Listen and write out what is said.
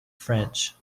french